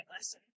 lesson